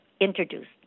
introduced